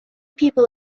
people